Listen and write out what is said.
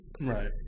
right